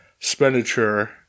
expenditure